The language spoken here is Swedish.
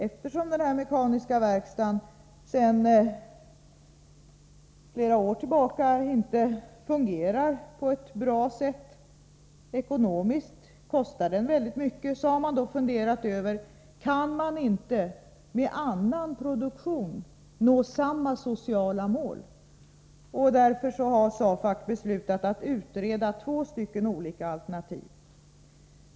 Eftersom denna mekaniska verkstad sedan flera år tillbaka inte fungerar på ett bra sätt = ekonomiskt kostar den väldigt mycket — har man funderat över om man inte med en annan produktion kan nå samma sociala mål. Därför har SAFAC beslutat att utreda två olika alternativ.